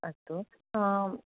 अस्तु